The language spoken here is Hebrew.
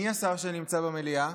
מי השר שנמצא במליאה,